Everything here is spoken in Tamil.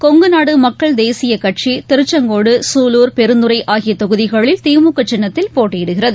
கொங்குநாடு மக்கள் தேசிய கட்சி திருச்செங்கோடு சூலூர் பெருந்துறை ஆகிய தொகுதிகளில் திமுக சின்னத்தில் போட்டயிடுகிறது